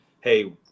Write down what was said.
hey